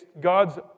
God's